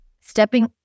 stepping